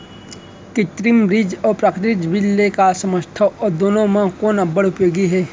कृत्रिम बीज अऊ प्राकृतिक बीज ले का समझथो अऊ दुनो म कोन अब्बड़ उपयोगी हे?